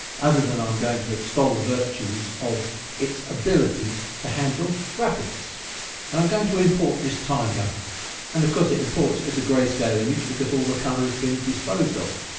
other than i'm going to extol the virtues of its ability to handle graphics and i'm going to import this tiger and of course it imports it as a grayscale image because all the color has been disposed of.